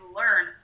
learn